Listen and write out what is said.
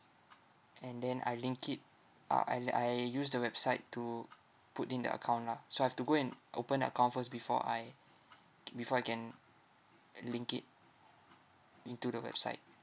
and then I link it uh I'll I use the website to put in the account lah so I've to go and open a account first before I c~ before I can link it into the website